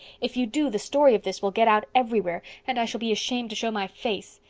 if you do the story of this will get out everywhere and i shall be ashamed to show my face.